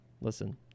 listen –